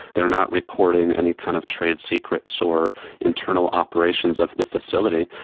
they are not recording any kind of trade secrets or internal operations of the facility.